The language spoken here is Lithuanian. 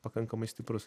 pakankamai stiprus